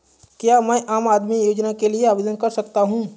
क्या मैं आम आदमी योजना के लिए आवेदन कर सकता हूँ?